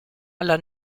alla